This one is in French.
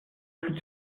plus